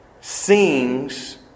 sings